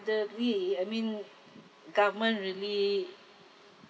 elderly I mean government really